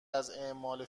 اعمال